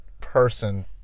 person